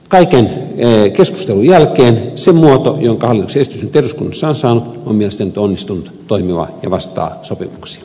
kaiken keskustelun jälkeen se muoto jonka hallituksen esitys nyt eduskunnassa on saanut on mielestäni onnistunut toimiva ja vastaa sopimuksia